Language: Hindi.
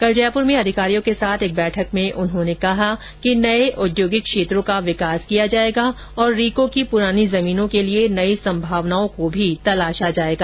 कल जयपूर में अधिकारियों के साथ एक बैठक में उन्होंने कहा कि नए औद्योगिक क्षेत्रों का विकास किया जाएगा और रीको की पुरानी जमीनों के लिए नई संभावनाओं को भी तलाशा जाएगा